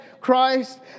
Christ